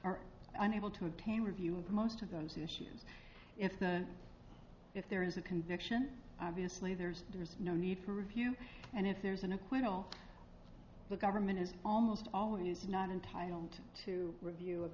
are unable to obtain review of most of those issues if the if there is a conviction obviously there's no need for review and if there's an acquittal the government is almost always not entitled to review of